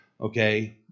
Okay